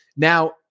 Now